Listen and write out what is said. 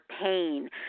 pain